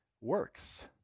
works